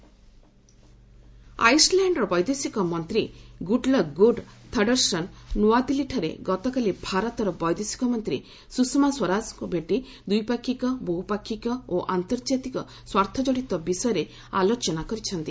Iceland India ଆଇସ୍ଲାଣ୍ଡର ବୈଦେଶିକ ମନ୍ତ୍ରୀ ଗୁଡଲକ୍ ଗୁଡ୍ ଥଡ଼ରସନ୍ ନ୍ନଆଦିଲ୍ଲୀଠାରେ ଗତକାଲି ଭାରତର ବୈଦେଶିକ ମନ୍ତ୍ରୀ ସୁଷମା ସ୍ୱରାଜଙ୍କୁ ଭେଟି ଦ୍ୱିପାକ୍ଷିକ ବହୁପାକ୍ଷିକ ଓ ଆନ୍ତର୍ଜାତିକ ସ୍ୱାର୍ଥଜଡିତ ବିଷୟରେ ଆଲୋଚନା କରିଛନ୍ତି